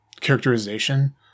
characterization